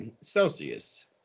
Celsius